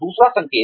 दूसरा संकेत